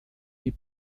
die